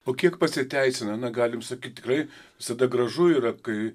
o kiek pasiteisina na galim sakyt tikrai visada gražu yra kai